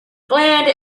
bland